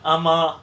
ஆமா:aama